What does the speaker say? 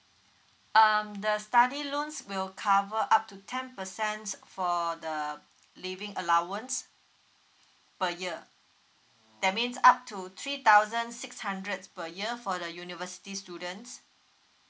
um the study loans will cover up to ten percent for the living allowance per year that means up to three thousand six hundreds per year for the university students